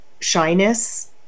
shyness